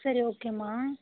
சரி ஓகேம்மா